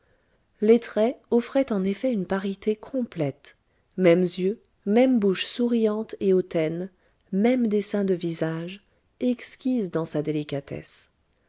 les traits offraient en effet une parité complète mêmes yeux même bouche souriante et hautaine même dessin de visage exquise dans sa délicatesse